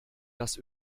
das